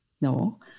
No